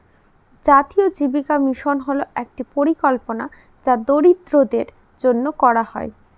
জাতীয় জীবিকা মিশন হল একটি পরিকল্পনা যা দরিদ্রদের জন্য করা হয়